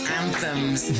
anthems